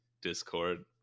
Discord